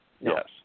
Yes